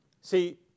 See